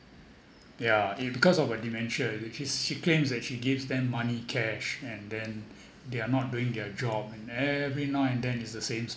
yeah i~ because of her dementia she's she claims that she gives them money cash and then they are not doing their job and every now and then it's the same